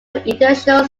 international